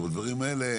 בדברים כאלה,